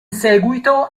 seguito